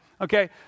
Okay